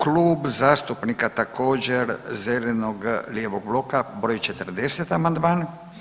Klub zastupnika također zeleno-lijevog bloka, br. 40. amandman.